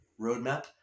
roadmap